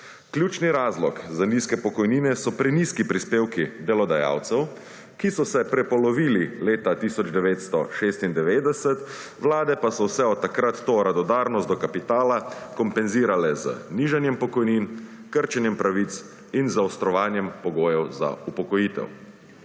Ključni razlog za nizke pokojnine so prenizki prispevki delodajalcev, ki so se prepolovili leta 1996, vlade pa so vse od takrat to radodarnost do kapitala kompenzirale z nižanjem pokojnin, krčenjem pravic in zaostrovanjem pogoje za upokojitev.